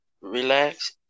relax